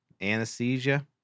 anesthesia